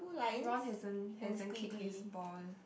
Ron hasn't hasn't kicked his ball